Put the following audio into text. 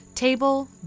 Table